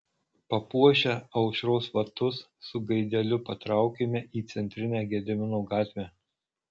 papuošę aušros vartus su gaideliu patraukėme į centrinę gedimino gatvę